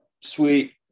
sweet